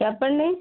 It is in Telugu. చెప్పండి